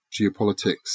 geopolitics